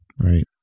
Right